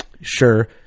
Sure